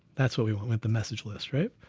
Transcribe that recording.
that's what we want with the message list, right?